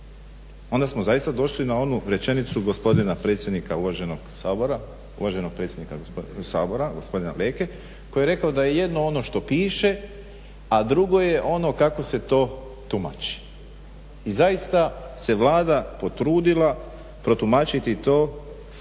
onda smo zaista došli na onu rečenicu gospodina predsjednika uvaženog Sabora gospodina Leke koji je rekao da je jedno ono što piše, a drugo je ono kako se to tumači. I zaista se Vlada potrudila protumačiti to na jedan